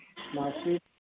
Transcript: marksheet